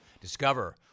discover